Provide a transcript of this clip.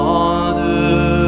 Father